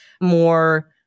more